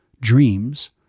dreams